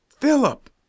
Philip